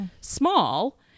small